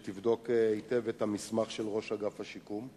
אני מבקש שתבדוק היטב את המסמך של ראש אגף השיקום.